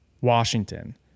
Washington